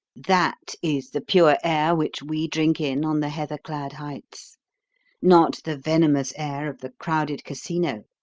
that is the pure air which we drink in on the heather-clad heights not the venomous air of the crowded casino,